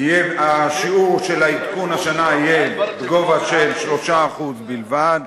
השיעור של העדכון השנה יהיה בגובה של 3% בלבד.